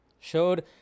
Showed